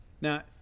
Now